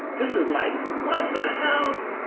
this is like, what the hell?